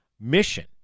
mission